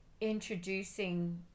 introducing